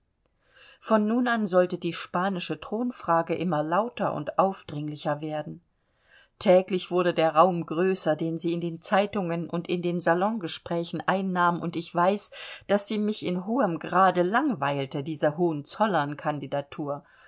von nun an sollte die spanische thronfrage immer lauter und aufdringlicher werden täglich wurde der raum größer den sie in den zeitungen und in den salongesprächen einnahm und ich weiß daß sie mich in hohem grade langweilte diese hohenzollern kandidatur